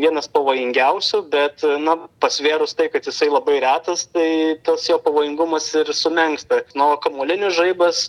vienas pavojingiausių bet na pasvėrus tai kad jisai labai retas tai tas jo pavojingumas ir sumenksta nu o kamuolinis žaibas